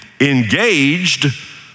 engaged